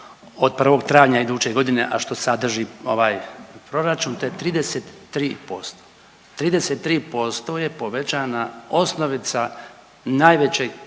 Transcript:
od 1. travnja iduće godine, a što sadrži ovaj proračun to je 33%, 33% je povećana osnovica najvećeg